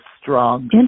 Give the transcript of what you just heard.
strong